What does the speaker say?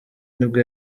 nibwo